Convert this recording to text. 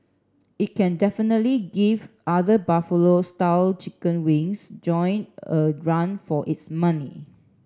it can definitely give other Buffalo style chicken wings joint a run for its money